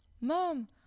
Mom